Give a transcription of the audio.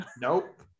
Nope